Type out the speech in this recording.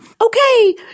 Okay